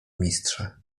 mistrza